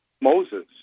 Moses